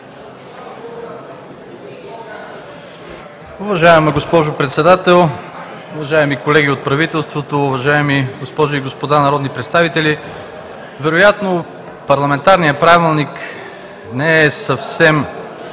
Уважаема госпожо Председател, уважаеми колеги от правителството, уважаеми госпожи и господа народни представители! Вероятно парламентарният правилник не е съвсем